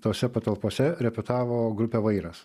tose patalpose repetavo grupė vairas